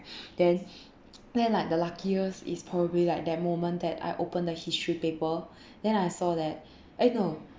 then then like the luckiest is probably like that moment that I open the history paper then I saw that eh no